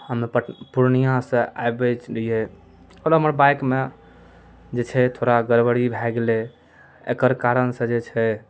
हम्मे पट पूर्णियाँ सऽ आबैत छलियै कोनो हमर बाइकमे जे छै थोड़ा गड़बड़ी भऽ गेलै एकर कारण सऽ जे छै